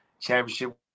Championship